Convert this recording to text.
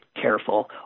careful